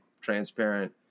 transparent